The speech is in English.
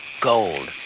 gold.